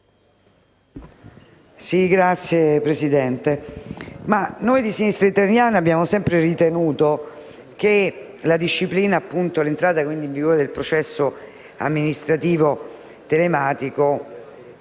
Signora Presidente, noi di Sinistra Italiana abbiamo sempre ritenuto che l'entrata in vigore del processo amministrativo telematico